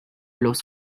los